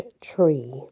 tree